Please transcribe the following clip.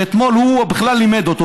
שאתמול הוא בכלל לימד אותו,